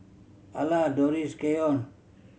Ala Dorris Keyon